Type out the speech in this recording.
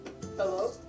Hello